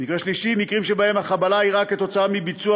מקרה שלישי מקרים שבהם החבלה אירעה כתוצאה מביצוע